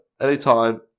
anytime